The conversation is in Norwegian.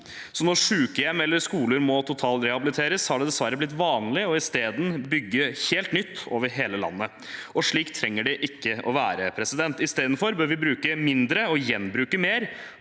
Når sykehjem eller skoler må totalrehabiliteres, har det dessverre blitt vanlig i stedet å bygge helt nytt over hele landet. Slik trenger det ikke å være. I stedet bør vi bruke mindre og gjenbruke mer.